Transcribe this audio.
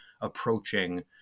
approaching